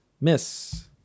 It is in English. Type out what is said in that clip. miss